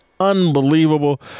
Unbelievable